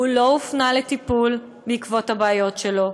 הוא לא הופנה לטיפול בעקבות הבעיות שלו,